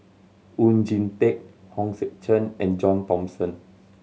Oon Jin Teik Hong Sek Chern and John Thomson